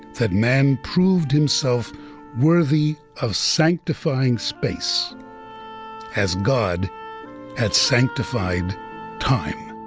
that man proved himself worthy of sanctifying space as god had sanctified time